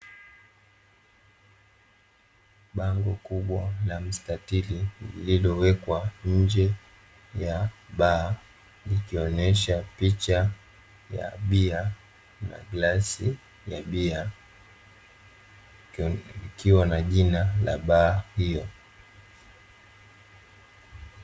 Bango kubwa la mstatili, lilikowekwa nje ya baa, likionesha picha ya bia na glasi ya bia ikiwa na jina la baa hiyo.